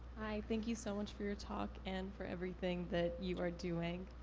hi, thank you so much for your talk, and for everything that you are doing.